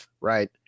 right